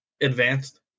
Advanced